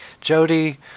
Jody